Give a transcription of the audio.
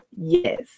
yes